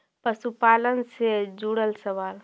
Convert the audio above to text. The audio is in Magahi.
पशुपालन से जुड़ल सवाल?